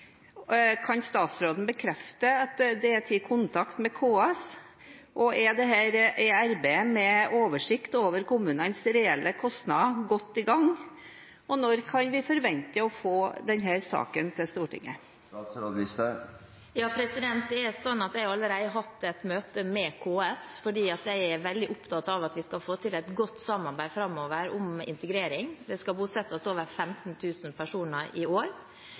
Kan statsråden bekrefte at det er tatt kontakt med KS? Er arbeidet med oversikt over kommunenes reelle kostnader godt i gang? Og når kan vi forvente å få denne saken til Stortinget? Jeg har allerede hatt et møte med KS, for jeg er veldig opptatt av at vi skal få til et godt samarbeid om integrering framover. Det skal bosettes over 15 000 personer i år.